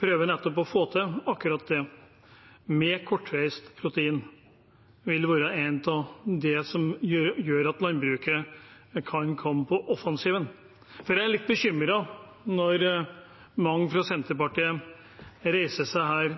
prøver å få til akkurat det med kortreist protein, vil være noe av det som gjør at landbruket kan komme på offensiven. Jeg er litt bekymret når mange fra Senterpartiet reiser